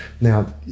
now